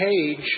page